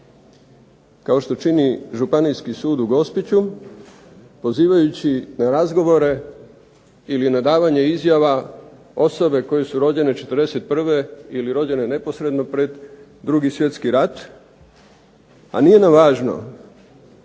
kao što čini Županijski sud u Gospiću pozivajući na razgovore ili na davanje izjava osobe koje su rođene '41. ili rođene neposredno pred 2. svjetski rat. A nije nam važno